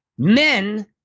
Men